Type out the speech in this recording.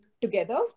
together